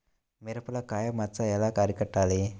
మిరపలో కాయ మచ్చ ఎలా అరికట్టాలి?